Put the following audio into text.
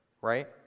right